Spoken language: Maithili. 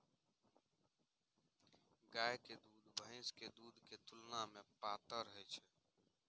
गायक दूध भैंसक दूध के तुलना मे पातर होइ छै